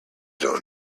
don’t